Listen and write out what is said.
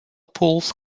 pools